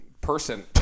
person